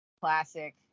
classic